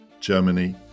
Germany